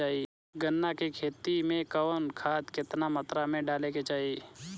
गन्ना के खेती में कवन खाद केतना मात्रा में डाले के चाही?